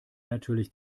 natürlich